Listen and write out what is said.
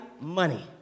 Money